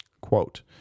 Quote